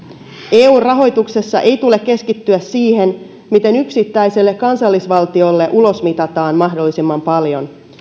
eun rahoituksessa ei tule keskittyä siihen miten yksittäiselle kansallisvaltiolle ulosmitataan mahdollisimman paljon